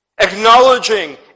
acknowledging